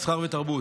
מסחר ותרבות.